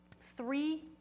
Three